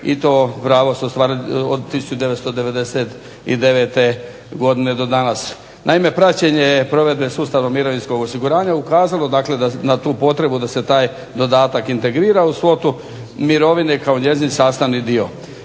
i to pravo se od 1999. godine do danas. Naime, praćenje provedbe sustava mirovinskog osiguranja, dakle ukazalo na tu potrebu da se taj dodatak integrira u svotu mirovine kao njezin sastavni dio.